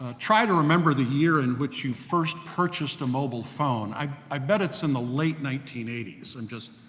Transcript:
ah try to remember the year in which you first purchased a mobile phone. i bet it's in the late nineteen eighty s, i'm just,